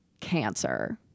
cancer